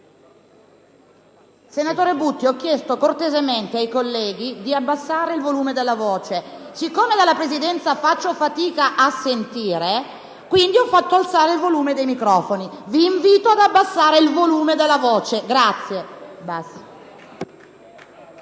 Senatore Butti, ho chiesto cortesemente ai colleghi di abbassare il volume della voce. Poiché io stessa faccio fatica a sentire, ho fatto alzare il volume dei microfoni. Vi invito ad abbassare il volume della voce. VITA